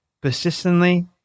persistently